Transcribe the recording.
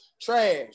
trash